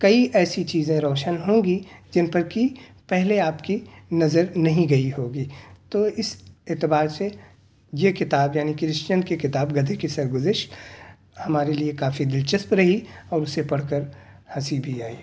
کئی ایسی چیزیں روشن ہوں گی جن پر کہ پہلے آپ کی نظر نہیں گئی ہوگی تو اس اعتبار سے یہ کتاب یعنی کرشن چندر کی کتاب گدھے کی سرگزشت ہمارے لیے کافی دلچسپ رہی اور اسے پڑھ کر ہنسی بھی آئی